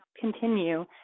continue